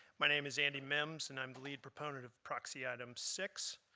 my name is andy mims, and i'm the lead proponent of proxy item six.